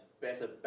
better